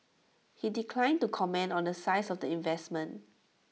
he declined to comment on the size of the investment